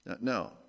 No